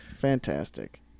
fantastic